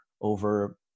over